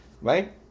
Right